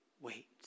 wait